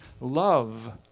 love